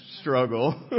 struggle